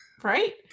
right